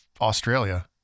australia